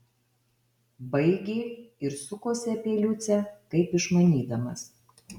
baigė ir sukosi apie liucę kaip išmanydamas